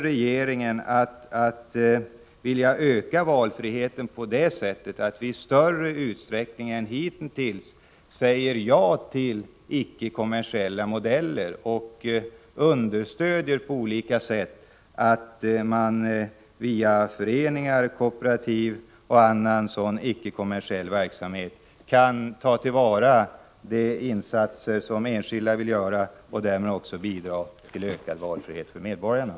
Regeringen kommer att öka valfriheten så till vida att den i större utsträckning än hittills säger ja till icke kommersiella modeller och på olika sätt understöder föreningar och kooperativ som bedriver icke kommersiell verksamhet. Det gäller att ta till vara de insatser som enskilda människor vill göra och därmed bidra till ökad valfrihet för medborgarna.